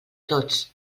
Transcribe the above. tots